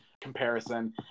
comparison